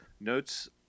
Notes